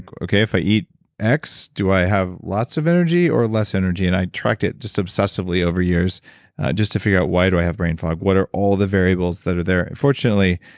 okay if i eat x, do i have lots of energy or less energy and i tracked it just obsessively over years just to figure out why do i have brain fog. what are all the variables that are there. fortunately,